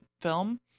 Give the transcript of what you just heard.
film